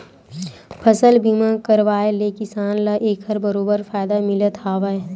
फसल बीमा के करवाय ले किसान ल एखर बरोबर फायदा मिलथ हावय